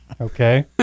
Okay